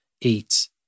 eat